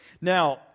Now